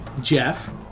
jeff